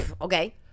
okay